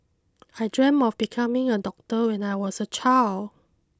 I dreamt of becoming a doctor when I was a child